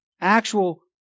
actual